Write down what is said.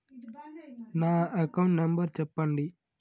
నా account number చెప్పండి?